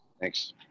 Thanks